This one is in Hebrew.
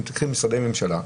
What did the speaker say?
הם צריכים משרדי ממשלה,